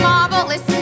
Marvelous